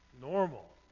normal